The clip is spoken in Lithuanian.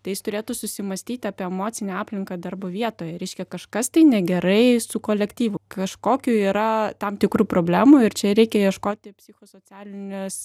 tai jis turėtų susimąstyti apie emocinę aplinką darbo vietoje reiškia kažkas negerai su kolektyvu kažkokių yra tam tikrų problemų ir čia reikia ieškoti psichosocialinės